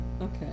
Okay